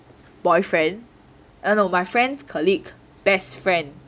boyfriend oh no my friend's colleague's best friend